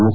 S